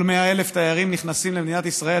כל 100,000 תיירים נכנסים למדינת ישראל